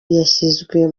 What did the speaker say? yashyizwe